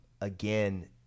again